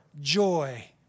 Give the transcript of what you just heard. joy